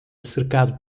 cercado